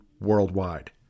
worldwide